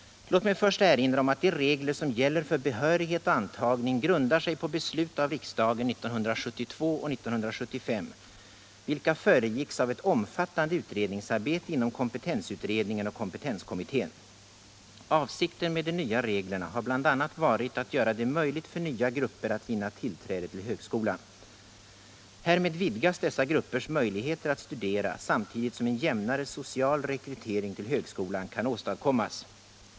Låt mig först erinra om att de regler som gäller för behörighet och antagning grundar sig på beslut av riksdagen 1972 och 1975, vilka föregicks av ett omfattande utredningsarbete inom kompetensutredningen och kompetenskommittén. Avsikten med de nya reglerna har bl.a. varit att göra det möjligt för nya grupper att vinna tillträde till högskolan. Härmed vidgas dessa gruppers möjligheter att studera, samtidigt som en jämnare social rekrytering till högskolan kan åstadkommas.